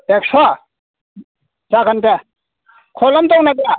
एकस' जागोन दे खलम दंना गैया